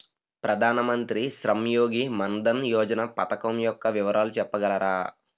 ప్రధాన మంత్రి శ్రమ్ యోగి మన్ధన్ యోజన పథకం యెక్క వివరాలు చెప్పగలరా?